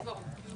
לא.